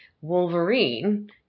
Wolverine